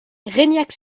reignac